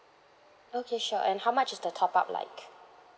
okay sure and how much is the top up like